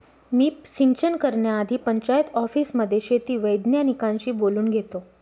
मी सिंचन करण्याआधी पंचायत ऑफिसमध्ये शेती वैज्ञानिकांशी बोलून घेतो